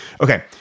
Okay